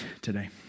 today